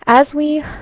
as we,